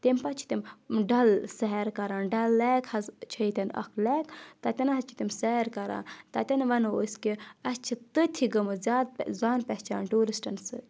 تَمہِ پَتہٕ چھِ تِم ڈَل سیر کَران ڈَل لیک حظ چھِ ییٚتؠن اَکھ لیک تَتؠن حظ چھِ تِم سیر کَران تَتؠن وَنو أسۍ کہِ اَسہِ چھِ تٔتھی گٔمٕژ زیادٕ زان پہچان ٹوٗرِسٹَن سۭتۍ